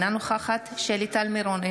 אינה נוכחת שלי טל מירון,